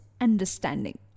Understanding